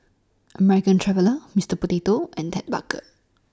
American Traveller Mister Potato and Ted Barker